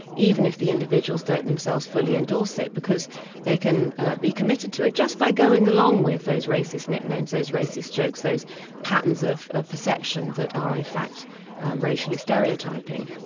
even if the individuals don't themselves fully endorse it, because they can be committed to it, just by going along with those racist nicknames, those racist jokes, those patterns of ah perception that are in fact racially stereotyping.